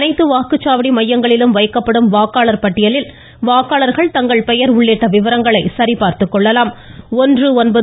அனைத்து வாக்குச்சாவடி மையங்களிலும் வைக்கப்படும் வாக்காளர் பட்டியலில் வாக்காளர்கள் தங்கள் பெயர் உள்ளிட்ட விவரங்களை சரிபார்த்து கொள்ளலாம் என கூறியுள்ளார்